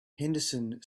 henderson